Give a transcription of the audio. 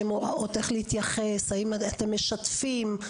הוראות, איך להתייחס, האם אתם משתפים?